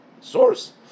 source